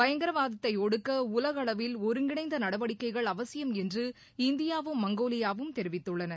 பயங்கரவாதத்தை ஒடுக்க உலகளவில் ஒருங்கிணைந்த நடவடிக்கைகள் அவசியம் என்று இந்தியாவும் மங்கோலியாவும் தெரிவித்துள்ளன